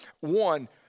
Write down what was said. One